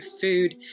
food